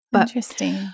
interesting